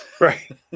Right